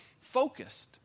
focused